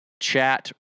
chat